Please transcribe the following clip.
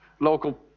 Local